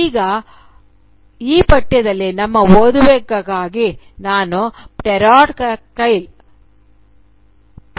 ಈಗ ಈ ಪಠ್ಯದಲ್ಲಿ ನಮ್ಮ ಓದುವಿಕೆಗಾಗಿ ನಾನು